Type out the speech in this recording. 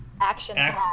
action